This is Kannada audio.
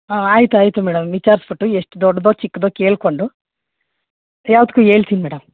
ಹಾಂ ಆಯ್ತು ಆಯಿತು ಮೇಡಮ್ ವಿಚಾರ್ಸ್ಬಿಟ್ಟು ಎಷ್ಟು ದೊಡ್ಡದೋ ಚಿಕ್ಕದೋ ಕೇಳ್ಕೊಂಡು ಯಾವ್ದಕ್ಕು ಹೇಳ್ತಿನ್ ಮೇಡಮ್